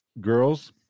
girls